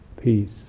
peace